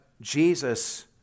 Jesus